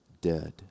dead